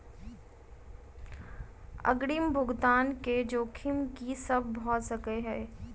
अग्रिम भुगतान केँ जोखिम की सब भऽ सकै हय?